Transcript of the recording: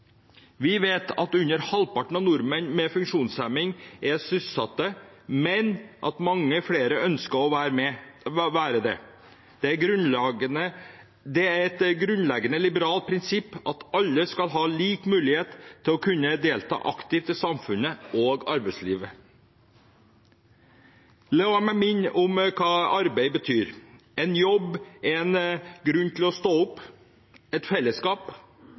Vi vet at under halvparten av nordmenn med funksjonshemning er sysselsatt, men at mange flere ønsker å være det. Det er et grunnleggende liberalt prinsipp at alle skal ha lik mulighet til å kunne delta aktivt i samfunnet og arbeidslivet. La meg minne om hva arbeid betyr: en jobb, en grunn til å stå opp, et fellesskap,